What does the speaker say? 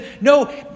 No